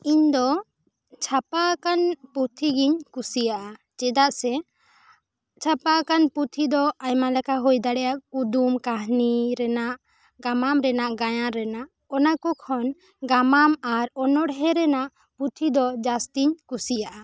ᱤᱧ ᱫᱚ ᱪᱷᱟᱯᱟ ᱟᱠᱟᱱ ᱯᱩᱛᱷᱤ ᱜᱤᱧ ᱠᱩᱥᱤᱭᱟᱜ ᱟ ᱪᱮᱫᱟᱜ ᱥᱮ ᱪᱷᱟᱯᱟ ᱟᱠᱟᱱ ᱯᱩᱛᱷᱤ ᱫᱚ ᱟᱭᱢᱟ ᱞᱮᱠᱟᱱ ᱦᱩᱭ ᱫᱟᱲᱮᱭᱟᱜ ᱟ ᱠᱩᱫᱩᱢ ᱠᱟᱹᱦᱱᱤ ᱨᱮᱱᱟᱜ ᱜᱟᱢᱟᱢ ᱨᱮᱱᱟᱜ ᱜᱟᱭᱟᱱ ᱨᱮᱱᱟᱜ ᱚᱱᱟ ᱠᱚ ᱠᱷᱚᱱ ᱜᱟᱢᱟᱢ ᱟᱨ ᱚᱱᱚᱬᱦᱮ ᱨᱮᱱᱟᱜ ᱯᱩᱛᱷᱤ ᱫᱚ ᱡᱟᱹᱥᱛᱤᱧ ᱠᱩᱥᱤᱭᱟᱜ ᱟ